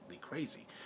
crazy